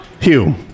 Hugh